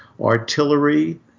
artillery